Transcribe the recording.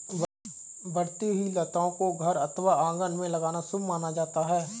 बढ़ती हुई लताओं को घर अथवा आंगन में लगाना शुभ माना जाता है